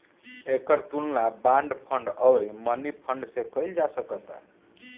एकर तुलना bond fund अउरी money fund से कईल जा सकता